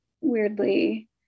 weirdly